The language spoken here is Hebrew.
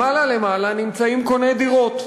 למעלה למעלה נמצאים קוני דירות,